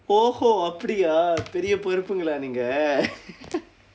!oho! அப்படியா பெரிய பருப்புங்களா நீங்க:appadiyaa periya paruppungkalaa niingka